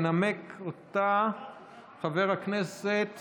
ינמק אותה חבר הכנסת